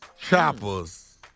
Chopper's